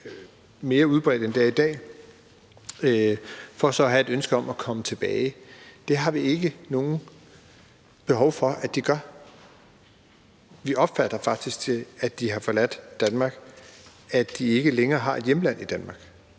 mere udbredt, end det er i dag, for så at have et ønske om at komme tilbage, har vi ikke noget behov for kommer tilbage. Vi opfatter det faktisk sådan, at når de har forladt Danmark, har de faktisk ikke længere noget hjemland i Danmark.